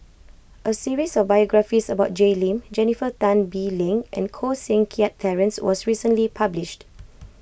a series of biographies about Jay Lim Jennifer Tan Bee Leng and Koh Seng Kiat Terence was recently published